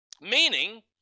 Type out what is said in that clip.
Meaning